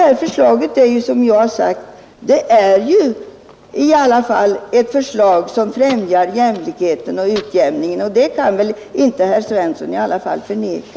Här har vi i alla fall ett förslag som främjar jämlikheten och utjämningen; det kan väl ändå inte herr Svensson förneka.